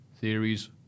theories